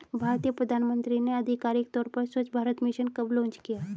भारतीय प्रधानमंत्री ने आधिकारिक तौर पर स्वच्छ भारत मिशन कब लॉन्च किया?